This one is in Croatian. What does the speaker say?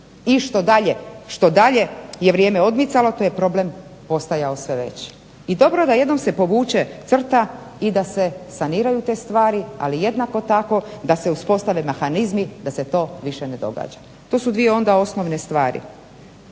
I što dalje je vrijeme odmicalo to je problem postajao sve veći. I dobro da jednom se povuče crta i da se saniraju te stvari, ali jednako tako da se uspostave mehanizmi da se to više ne događa. To su dvije onda osnovne stvari.